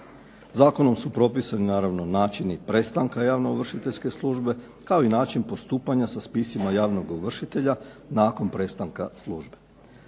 Zakonom su propisani naravno načini prestanka javnoovršiteljske službe, kao i način postupanja sa spisima javnog ovršitelja nakon prestanka službe.